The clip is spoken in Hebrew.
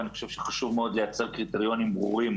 אני חושב שחשוב מאוד לייצר קריטריונים ברורים